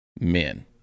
men